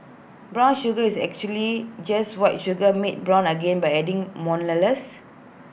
brown sugar is actually just white sugar made brown again by adding molasses